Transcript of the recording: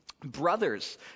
Brothers